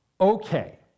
okay